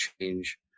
change